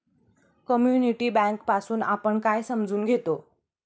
Community bank पासुन आपण काय समजून घेतो?